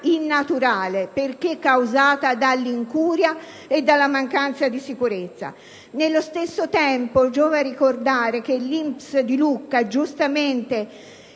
innaturale perché causata dall'incuria e dalla mancanza di sicurezza. Nello stesso tempo giova ricordare che l'INPS di Lucca, giustamente,